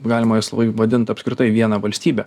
galima vadint apskritai viena valstybe